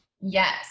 Yes